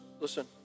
listen